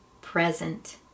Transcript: present